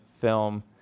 film